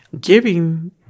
Giving